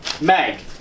Meg